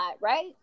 right